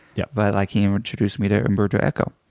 yeah but like he introduced me to emburdo echo